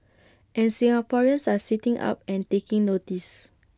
and Singaporeans are sitting up and taking notice